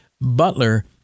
Butler